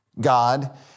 God